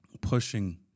pushing